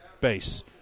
base